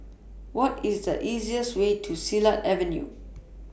What IS The easiest Way to Silat Avenue